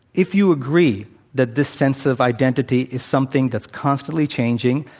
if you agree that the sense of identity is something that's constantly changing,